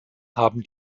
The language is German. haben